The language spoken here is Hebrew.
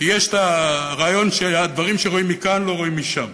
כי יש רעיון שדברים שרואים מכאן לא רואים משם.